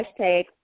hashtag